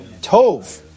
Tov